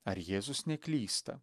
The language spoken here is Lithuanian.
ar jėzus neklysta